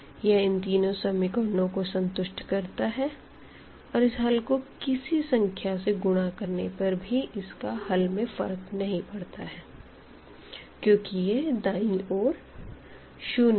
यह इन तीनों इक्वेशनस को संतुष्ट करता है और इस हल को किसी संख्या से गुणा करने पर भी इसके हल में फर्क नहीं पड़ता है क्योंकि यहां दायीं ओर शून्य है